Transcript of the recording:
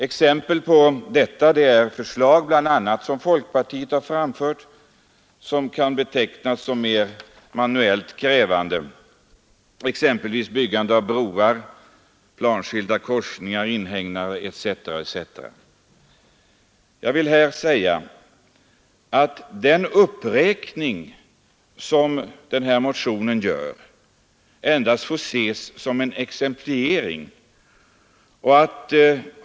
Exempel härpå är det förslag som folkpartiet framfört i sin motion när det gäller arbeten som kan betecknas som manuellt krävande, exempelvis byggande av broar, planskilda korsningar etc. Den uppräkning som görs i denna motion får ses endast som en exemplifiering.